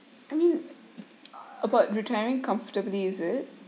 I mean about retiring comfortably is it